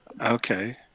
Okay